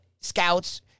scouts